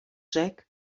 jack